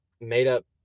made-up